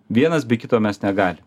vienas be kito mes negalim